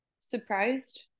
surprised